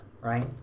right